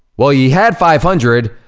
well, he had five hundred,